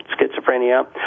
schizophrenia